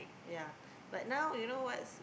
ya but now you know what's